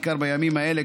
בעיקר בימים האלה,